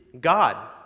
God